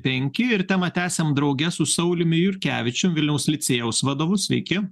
penki ir temą tęsiam drauge su sauliumi jurkevičium vilniaus licėjaus vadovu sveiki